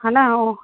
हा न ऐं